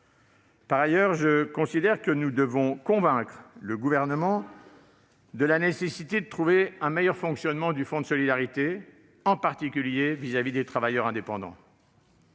Par ailleurs, je considère que nous devons convaincre le Gouvernement de la nécessité de trouver un meilleur fonctionnement du fonds de solidarité, en particulier à l'égard des travailleurs indépendants.